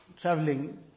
traveling